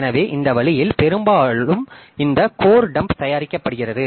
எனவே இந்த வழியில் பெரும்பாலும் இந்த கோர் டம்ப் தயாரிக்கப்படுகிறது